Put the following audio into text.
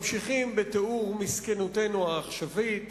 ממשיכים בתיאור מסכנותנו העכשווית